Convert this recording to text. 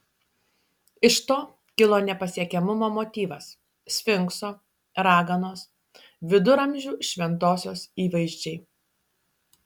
iš to kilo nepasiekiamumo motyvas sfinkso raganos viduramžių šventosios įvaizdžiai